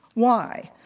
why?